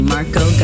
Marco